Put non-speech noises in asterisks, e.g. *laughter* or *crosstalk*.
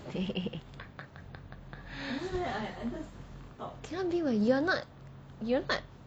okay *laughs* can not be you're not you're not